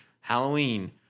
halloween